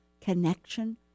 connection